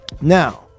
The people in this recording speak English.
now